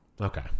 Okay